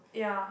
yeah